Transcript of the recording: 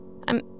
I'm-